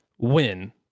Win